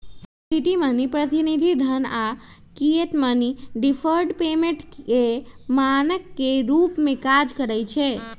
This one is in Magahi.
कमोडिटी मनी, प्रतिनिधि धन आऽ फिएट मनी डिफर्ड पेमेंट के मानक के रूप में काज करइ छै